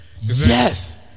Yes